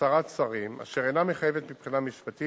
"הצהרת שרים", אשר אינה מחייבת מבחינה משפטית